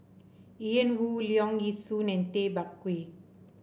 Ian Woo Leong Yee Soo and Tay Bak Koi